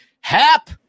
Hap